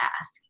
ask